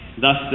Thus